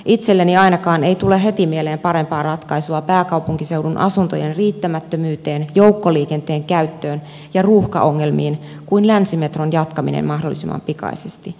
itselleni ainakaan ei tule heti mieleen parempaa ratkaisua pääkaupunkiseudun asuntojen riittämättömyyteen joukkoliikenteen käyttöön ja ruuhkaongelmiin kuin länsimetron jatkaminen mahdollisimman pikaisesti